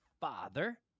father